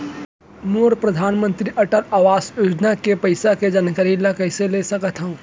मोर परधानमंतरी अटल आवास योजना के पइसा के जानकारी ल कइसे ले सकत हो?